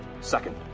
Second